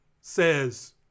says